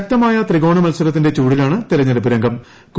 ശക്തമായ ത്രികോണ മൽസരത്തിന്റെ ചൂടിലാണ് തിരഞ്ഞെടുപ്പ് രംഗം